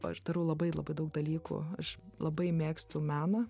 aš darau labai labai daug dalykų aš labai mėgstu meną